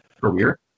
career